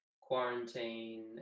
quarantine